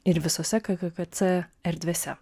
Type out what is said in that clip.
ir visose kkkc erdvėse